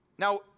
Now